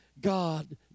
God